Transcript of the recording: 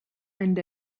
and